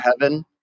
Heaven